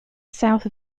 south